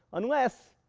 unless,